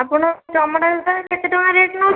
ଆପଣ ଚମଡ଼ା ଜୋତା କେତେ ଟଙ୍କା ରେଟ୍ ନେଉଛନ୍ତି